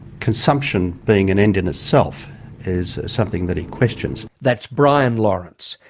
consumption being an end in itself is something that he questions. that's brian lawrence,